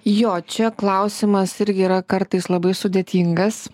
jo čia klausimas irgi yra kartais labai sudėtingas